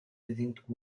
didn’t